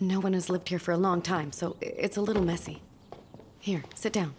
no one has lived here for a long time so it's a little messy here sit down